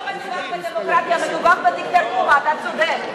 לא מדובר בדמוקרטיה, מדובר בדיקטטורה, אתה צודק.